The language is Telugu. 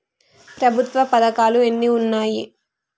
ప్రభుత్వ పథకాలు ఎన్ని ఉన్నాయి?